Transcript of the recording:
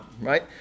right